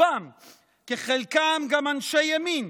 אם כי חלקם גם אנשי ימין,